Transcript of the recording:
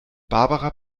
barbara